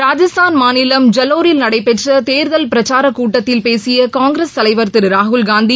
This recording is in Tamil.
ராஜஸ்தான் மாநிலம் ஜலோரில் நடைபெற்றதேர்தல் பிரச்சாரக் கூட்டத்தில் பேசியகாங்கிரஸ் தலைவர் திருராகுல்காந்தி